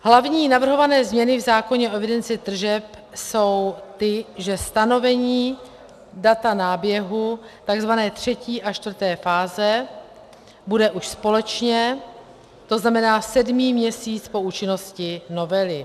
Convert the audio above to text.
Hlavní navrhované změny v zákoně o evidenci tržeb jsou ty, že stanovení data náběhu, takzvané třetí a čtvrté fáze bude už společně, to znamená sedmý měsíc po účinnosti novely.